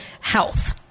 health